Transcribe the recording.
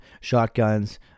shotguns